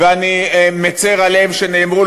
ואני מצר על כך שנאמרו,